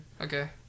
Okay